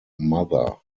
mother